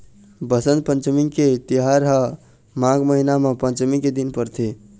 बसंत पंचमी के तिहार ह माघ महिना म पंचमी के दिन परथे